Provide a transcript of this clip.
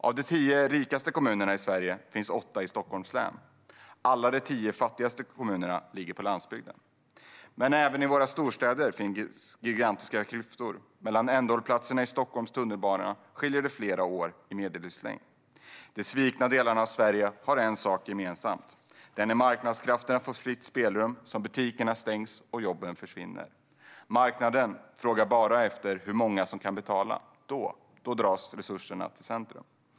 Av de tio rikaste kommunerna i Sverige finns åtta i Stockholms län. Alla de tio fattigaste kommunerna ligger på landsbygden. Men även i våra storstäder finns gigantiska klyftor. Mellan ändhållplatserna i Stockholms tunnelbana skiljer det flera år i medellivslängd. De svikna delarna av Sverige har en sak gemensamt. Det är när marknadskrafterna får fritt spelrum som butikerna stängs och jobben försvinner. Marknaden frågar bara efter hur många som kan betala. Då dras resurserna till centrum.